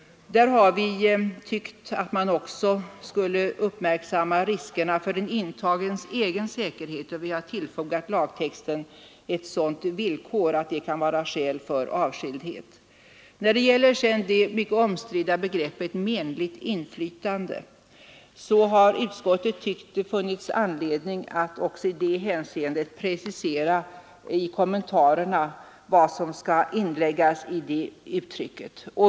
Vi anser att man därvidlag också skulle uppmärksamma riskerna för den intagnes egen säkerhet. Vi har till lagtexten fogat ett sådant villkor, som innebär att det kan vara skäl för avskildhet. Också när det gäller det mycket omstridda begreppet ”menligt inflytande” har utskottet tyckt att det funnits anledning att i kommentarerna precisera vad som skall inläggas i det uttrycket.